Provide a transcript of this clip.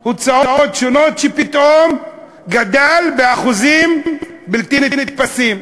"הוצאות שונות", שפתאום גדל באחוזים בלתי נתפסים.